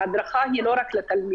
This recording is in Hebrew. ההדרכה היא לא רק לתלמידים.